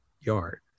yard